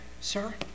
sir